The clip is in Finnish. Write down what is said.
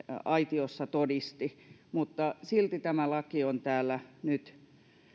aitiossa todisti mutta silti tämä laki on täällä nyt